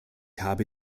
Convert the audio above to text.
habe